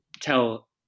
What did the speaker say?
tell